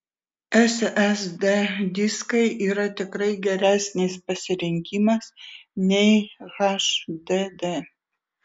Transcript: ssd diskai yra tikrai geresnis pasirinkimas nei hdd